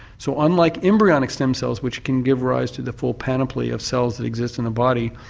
so unlike embryonic stem cells, which can give rise to the full panoply of cells that exist in the body,